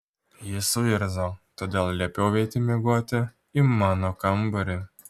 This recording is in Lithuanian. jis suirzo todėl liepiau eiti miegoti į mano kambarį